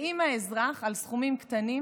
ואם האזרח ישלם את חובו, בסכומים קטנים,